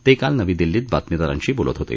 ते काल नवी दिल्लीत बातमीदारांशी बोलत होते